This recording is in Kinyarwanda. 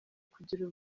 kugira